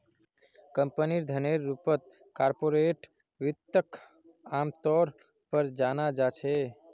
कम्पनीर धनेर रूपत कार्पोरेट वित्तक आमतौर पर जाना जा छे